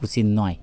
খুশি নয়